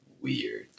weird